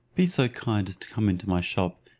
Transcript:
be so kind as to come into my shop,